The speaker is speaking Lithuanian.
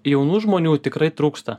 jaunų žmonių tikrai trūksta